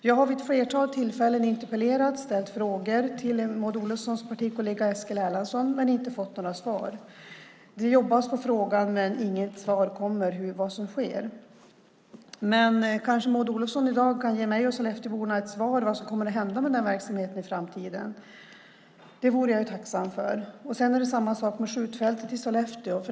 Jag har vid ett flertal tillfällen interpellerat och ställt frågor till Maud Olofssons partikollega Eskil Erlandsson men inte fått några svar. Det jobbas på frågan, men inget svar kommer om vad som sker. Kan kanske Maud Olofsson i dag ge mig och Sollefteåborna ett svar på vad som kommer att hända med den verksamheten i framtiden? Det vore jag tacksam för. Sedan är det samma sak med skjutfältet i Sollefteå.